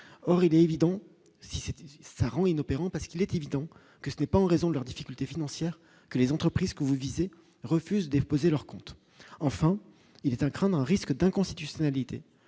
or il est évident, si, si, ça rend inopérants, parce qu'il est évident que ce n'est pas en raison de leurs difficultés financières que les entreprises que vous visez refuse déposer leurs comptes, enfin il est un craindre un risque d'inconstitutionnalité